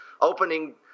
opening